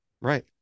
Right